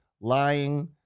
lying